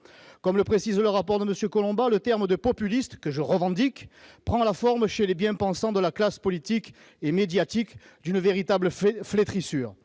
Comme le précise le rapport de M. Collombat, le terme de « populiste », que je revendique, prend la forme chez les bien-pensants de la classe politique et médiatique d'une véritable flétrissure.